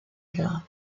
garde